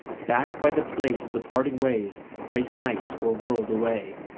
back by the place of the parting ways christ's knights were whirled away.